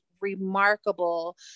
remarkable